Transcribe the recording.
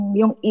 yung